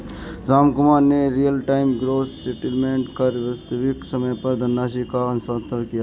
रामकुमार ने real time gross settlement कर वास्तविक समय पर धनराशि का हस्तांतरण किया